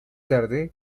tarde